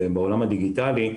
בעולם הדיגיטלי,